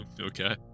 Okay